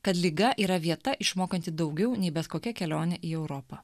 kad liga yra vieta išmokanti daugiau nei bet kokia kelionė į europą